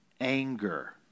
anger